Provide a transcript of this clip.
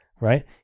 right